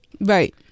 Right